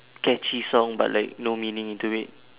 catchy song but like no meaning into it